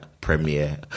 premiere